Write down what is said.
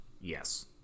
Yes